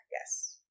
Yes